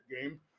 game